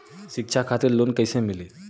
शिक्षा खातिर लोन कैसे मिली?